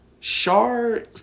Char